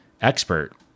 expert